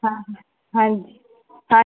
ਹਾਂ ਹਾਂਜੀ ਹਾਂ